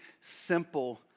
simple